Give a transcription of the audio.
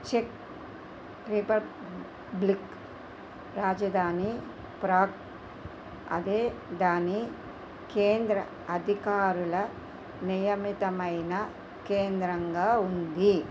check Republic రాజధాని Prague అదే దాని కేంద్ర అధికారుల నియమితమైన కేంద్రంగా ఉంది